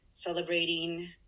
celebrating